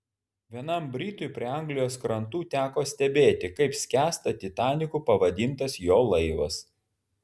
vienam britui prie anglijos krantų teko stebėti kaip skęsta titaniku pavadintas jo laivas